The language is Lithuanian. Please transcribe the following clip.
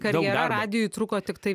karjera radijuj truko tiktai